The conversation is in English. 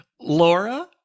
laura